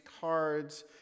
cards